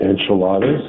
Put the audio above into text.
Enchiladas